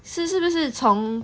是是不是从